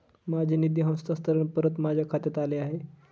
माझे निधी हस्तांतरण परत माझ्या खात्यात आले आहे